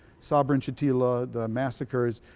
sabra and shatila, the massacres,